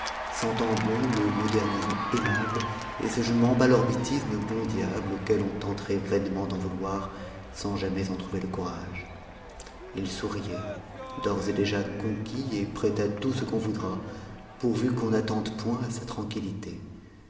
sentant bon le modernisme aimable et ce je men bats lorbitisme bon diable auquel on tenterait vainement d'en vouloir sans jamais en trouver le courage il souriait d'ores et déjà conquis et prêt à tout ce qu'on voudra pourvu qu'on n'attente point à sa tranquillité